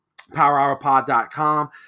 PowerHourPod.com